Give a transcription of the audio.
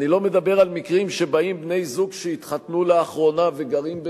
אני לא מדבר על מקרים שבאים בני-זוג שהתחתנו לאחרונה וגרים,